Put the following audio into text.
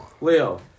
Leo